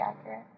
accurate